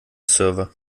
server